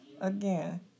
Again